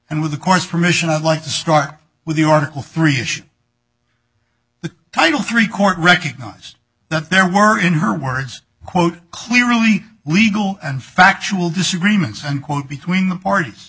and with the course permission i'd like to start with the article three issue the title three court recognized that there were in her words quote clearly legal and factual disagreements and quote between the parties